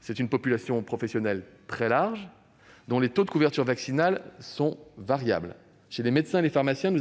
Cette population professionnelle très large connaît un taux de couverture vaccinale variable : chez les médecins et les pharmaciens, on